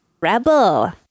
Rebel